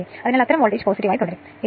അതിനാൽ V 230 volt വൈദ്യുതി 35